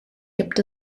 gibt